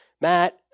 Matt